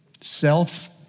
Self